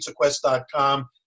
pizzaquest.com